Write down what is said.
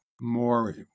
more